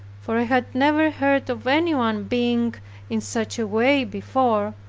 for i had never heard of anyone being in such a way before,